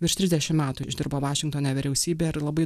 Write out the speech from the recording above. virš trisdešim metų išdirbo vašingtone vyriausybėje ir labai